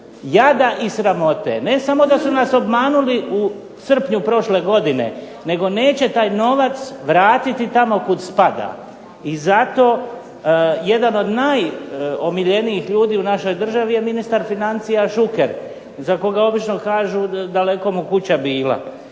Jada i sramote. Ne samo da su nas obmanuli u srpnju prošle godine, nego neće taj novac vratiti tamo kud spada. I zato jedan od najomiljenijih ljudi u našoj državi je ministar financija Šuker, za koga obično kažu daleko mu kuća bila.